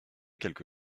quelque